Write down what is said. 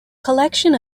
collection